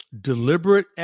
deliberate